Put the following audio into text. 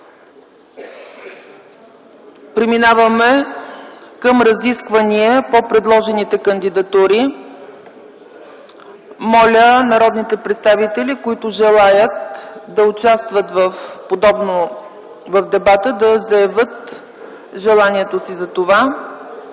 Преминаваме към разисквания по предложените кандидатури. Моля народните представители, които желаят да участват в дебата, да заявят желанието си за това.